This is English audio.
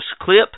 clip